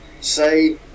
say